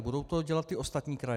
Budou to dělat ty ostatní kraje.